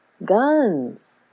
Guns